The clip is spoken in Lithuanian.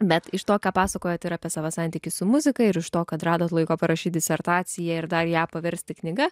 bet iš to ką pasakojat ir apie savo santykį su muzika ir iš to kad radot laiko parašyti disertaciją ir dar ją paversti knyga